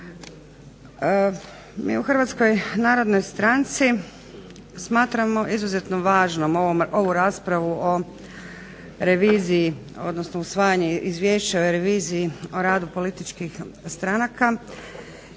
Mi u HNS-u smatramo izuzetno važnom ovu raspravu o reviziju, odnosno usvajanje Izvješća o reviziji o radu političkih stranaka